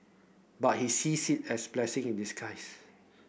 but he sees it as a blessing in disguise